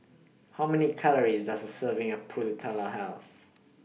How Many Calories Does A Serving of Pulut Health